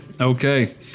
Okay